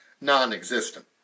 non-existent